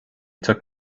took